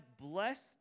blessed